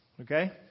Okay